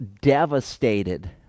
devastated